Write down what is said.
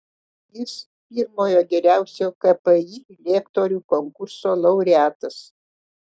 jis pirmojo geriausio kpi lektorių konkurso laureatas